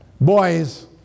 boys